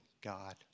God